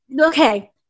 okay